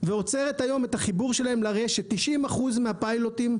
ועוצרת היום את החיבור שלהם לרשת; ל-90% מהפיילוטים,